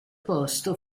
posto